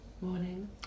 Morning